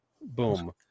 Boom